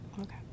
okay